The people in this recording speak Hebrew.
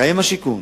גם עם משרד השיכון